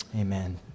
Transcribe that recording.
Amen